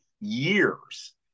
years